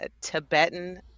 Tibetan